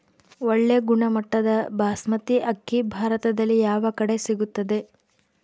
ಒಳ್ಳೆ ಗುಣಮಟ್ಟದ ಬಾಸ್ಮತಿ ಅಕ್ಕಿ ಭಾರತದಲ್ಲಿ ಯಾವ ಕಡೆ ಸಿಗುತ್ತದೆ?